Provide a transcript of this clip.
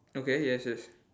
okay yes yes